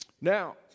Now